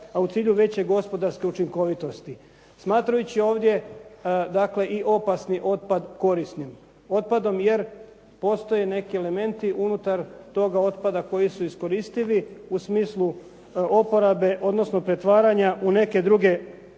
a u cilju veće gospodarske učinkovitosti. Smatrajući ovdje dakle i opasni otpad korisnim otpadom jer postoje neki elementi unutar toga otpada koji su iskoristivi u smislu oporabe odnosno pretvaranja u neke druge materije